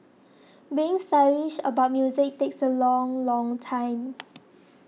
being stylish about music takes a long long time